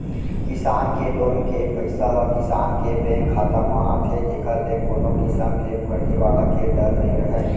किसान के लोन के पइसा ह किसान के बेंक खाता म आथे जेकर ले कोनो किसम के फरजीवाड़ा के डर नइ रहय